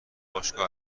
باشگاه